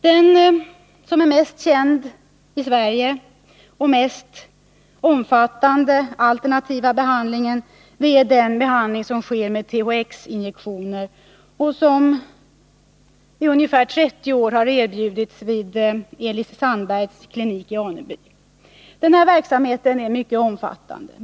Den i Sverige mest kända och mest omfattande ”alternativa” behandlingen är den behandling som sker med THX-injektioner och som i ungefär 30 år erbjudits vid Elis Sandbergs klinik i Aneby. Denna verksamhet är mycket omfattande.